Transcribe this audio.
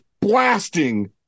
blasting